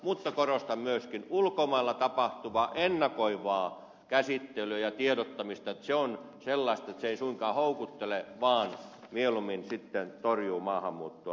mutta korostan myöskin ulkomailla tapahtuvaa ennakoivaa käsittelyä ja tiedottamista että se on sellaista että se ei suinkaan houkuttele vaan mieluummin sitten torjuu maahanmuuttoa